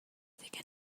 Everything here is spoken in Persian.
دیگه